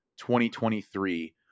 2023